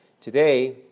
Today